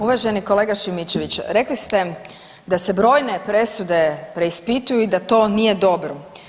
Uvaženi kolega Šimičević rekli ste da se brojne presude preispituju i da to nije dobro.